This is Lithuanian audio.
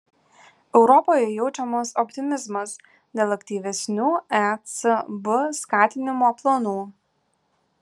europoje jaučiamas optimizmas dėl aktyvesnių ecb skatinimo planų